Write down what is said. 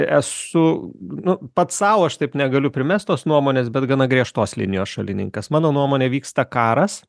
esu nu pats sau aš taip negaliu primest tos nuomonės bet gana griežtos linijos šalininkas mano nuomone vyksta karas